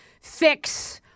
fix